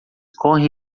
correm